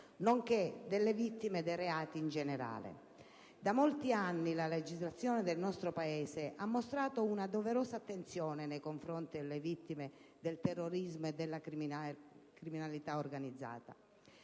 nonché delle vittime dei reati in generale. Da molti anni la legislazione del nostro Paese ha mostrato una doverosa attenzione nei confronti delle vittime del terrorismo e della criminalità organizzata.